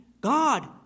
God